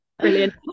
Brilliant